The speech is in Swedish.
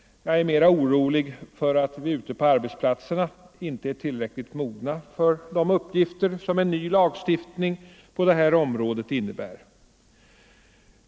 Jag är mera orolig för att vi ute på arbetsplatserna inte är tillräckligt mogna för de uppgifter som en ny lagstiftning på det här området innebär.